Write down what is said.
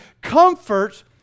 comfort